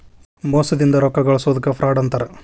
ಮೋಸದಿಂದ ರೊಕ್ಕಾ ಗಳ್ಸೊದಕ್ಕ ಫ್ರಾಡ್ ಅಂತಾರ